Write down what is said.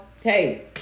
hey